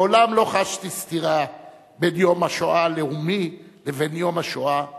מעולם לא חשתי סתירה בין יום השואה הלאומי לבין יום השואה הבין-לאומי,